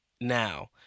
now